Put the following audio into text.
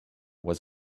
was